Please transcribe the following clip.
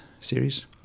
series